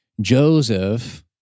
Joseph